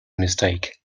mistake